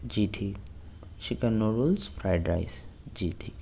جی ٹھیک چکن نو rolls fried rice جی ٹھیک